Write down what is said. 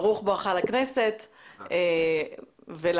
ברוך בואך לכנסת ולוועדה.